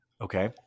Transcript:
Okay